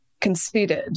conceded